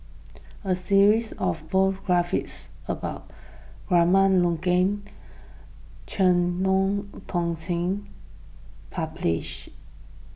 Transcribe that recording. a series of biographies about Abraham Logan Chen Eu Tong Sen published